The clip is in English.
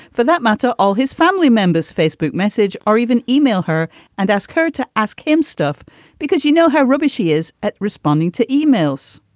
for that matter, all his family members facebook message or even email her and ask her to ask him stuff because, you know, her rubbishy is at responding to emails,